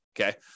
Okay